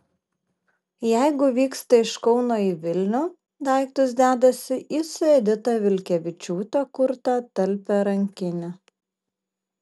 jeigu vyksta iš kauno į vilnių daiktus dedasi į su edita vilkevičiūte kurtą talpią rankinę